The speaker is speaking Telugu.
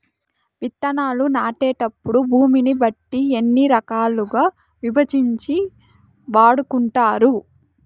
విత్తనాలు నాటేటప్పుడు భూమిని బట్టి ఎన్ని రకాలుగా విభజించి వాడుకుంటారు?